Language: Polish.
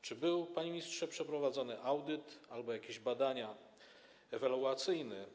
Czy były, panie ministrze, przeprowadzone audyt albo jakieś badania ewaluacyjne?